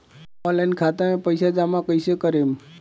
Online खाता मे पईसा जमा कइसे करेम?